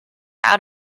out